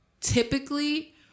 Typically